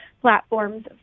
platforms